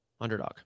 Underdog